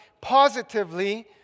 positively